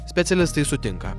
specialistai sutinka